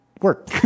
work